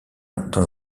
dans